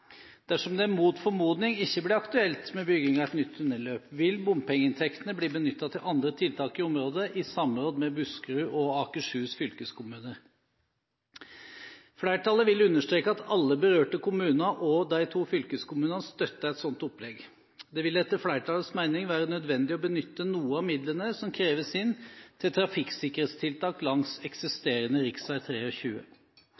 Dersom det mot formodning ikke blir aktuelt med bygging av et nytt tunnelløp, vil bompengeinntektene bli benyttet til andre tiltak i området, i samråd med Buskerud og Akershus fylkeskommuner. Flertallet vil understreke at alle berørte kommuner og de to fylkeskommunene støtter et sånt opplegg. Det vil etter flertallets mening være nødvendig å benytte noe av midlene som kreves inn, til trafikksikkerhetstiltak langs